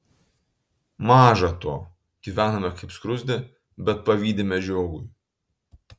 maža to gyvename kaip skruzdė bet pavydime žiogui